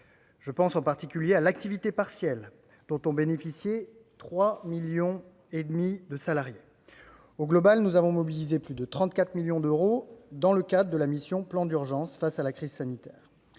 Je pense en particulier à l'activité partielle, dont ont bénéficié 3,5 millions de salariés. Globalement, nous avons mobilisé plus de 34 milliards d'euros dans le cadre de la mission « Plan d'urgence face à la crise sanitaire ».